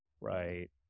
Right